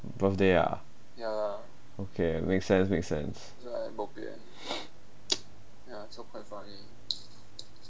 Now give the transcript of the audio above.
birthday ah okay make sense make sense